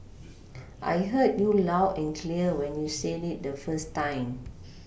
I heard you loud and clear when you said it the first time